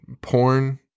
porn